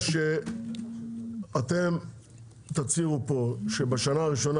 מציע שתצהירו פה לפרוטוקול שבשנה הראשונה